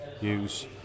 use